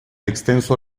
extenso